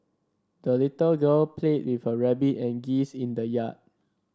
the little girl played with her rabbit and geese in the yard